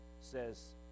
says